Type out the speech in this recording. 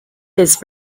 this